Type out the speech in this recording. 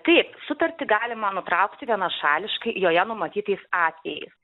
taip sutartį galima nutraukti vienašališkai joje numatytais atvejais